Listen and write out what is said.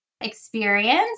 experience